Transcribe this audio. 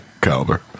caliber